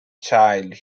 child